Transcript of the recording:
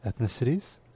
ethnicities